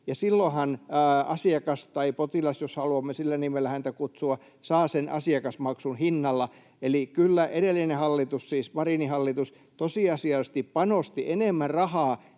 silloinhan asiakas, tai potilas, jos haluamme sillä nimellä häntä kutsua, saa sen asiakasmaksun hinnalla. Eli kyllä edellinen hallitus, siis Marinin hallitus, tosiasiallisesti panosti enemmän rahaa